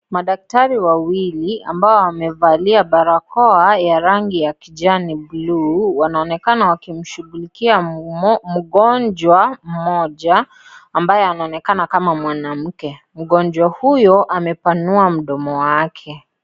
Madaktari wawili ambao wamevalia barakoa ya rangi ya kijani bulu wanaonekana wakimshugulikia mgonjwa mmoja ambaye anaonekana kama mwanamke, mgonjwa huyo amepanua mdomo wake.